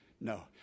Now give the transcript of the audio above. no